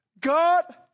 God